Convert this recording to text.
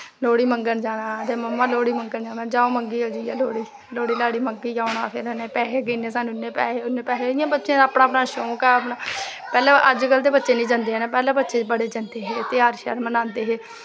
लोह्ड़ी मंगन जाना ते मम्मा लोह्ड़ी मंगन जाना जाओ मंगी लेई आओ लोह्ड़ी लोह्ड़ी लाह्ड़ी मंगियै औना फिर इनैं पैसे गिनने साह्नू इन्ने पैसे इन्ने पैसे इ'यां बच्चें दा अपना अपना शौंक ऐ पैह्सैं अज कल्ल दे बच्चे निं जंदे हैन पैह्लैं बच्चे बड़े जंदे हे ध्याह्र श्याह्र बनांदे हे